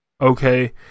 okay